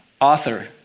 author